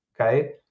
okay